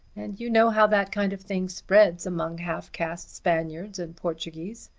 and you know how that kind of thing spreads among half-caste spaniards and portuguese.